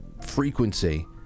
frequency